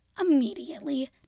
immediately